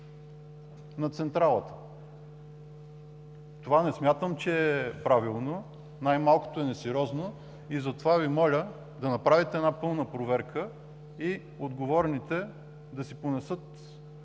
на централата. Това не смятам, че е правилно, най-малкото е несериозно. Затова Ви моля да направите една пълна проверка и отговорните да си понесат